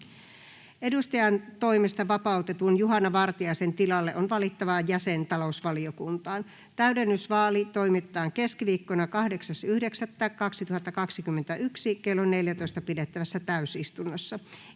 Edustajantoimesta vapautetun Juhana Vartiaisen tilalle on valittava jäsen talousvaliokuntaan. Täydennysvaali toimitetaan keskiviikkona 8.9.2021 kello 14 pidettävässä täysistunnossa.